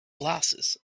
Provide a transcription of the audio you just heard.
glasses